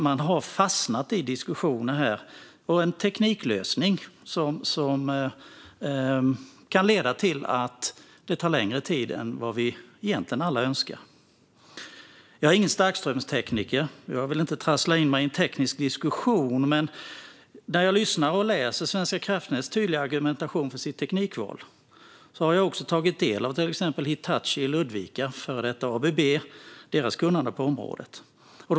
Man har fastnat i diskussioner och i en tekniklösning som kan leda till att det tar längre tid än vad vi alla egentligen önskar. Jag är ingen starkströmstekniker och vill inte trassla in mig i en teknisk diskussion. Men förutom att lyssna på och läsa Svenska kraftnäts tydliga argumentation för sitt teknikval har jag också tagit del av det kunnande på området som finns hos till exempel Hitachi i Ludvika, före detta ABB.